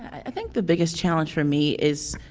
i think the biggest challenge for me is,